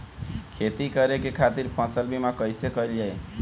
खेती करे के खातीर फसल बीमा कईसे कइल जाए?